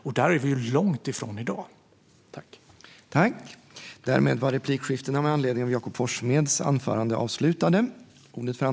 Vi är långt ifrån detta i dag.